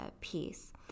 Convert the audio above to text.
piece